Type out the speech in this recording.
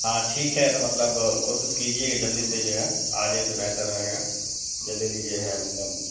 ہاں ٹھیک ہے تو مطلب کوشش کیجیے کہ جلدی سے جو ہے آ جائے تو بہتر رہے گا جلدی جلدی جو ہے مطلب